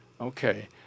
Okay